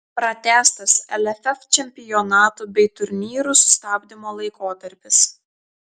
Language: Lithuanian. pratęstas lff čempionatų bei turnyrų sustabdymo laikotarpis